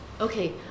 Okay